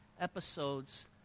episodes